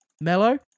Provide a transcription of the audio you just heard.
mellow